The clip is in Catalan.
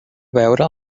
veure